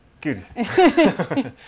Good